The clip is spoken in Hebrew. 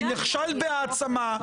נכשל בהעצמה,